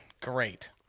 Great